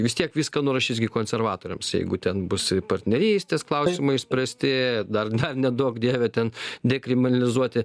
vis tiek viską nurašys gi konservatoriams jeigu ten bus partnerystės klausimai išspręsti dar neduok dieve ten dekrimanlizuoti